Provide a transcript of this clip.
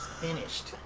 finished